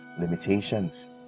limitations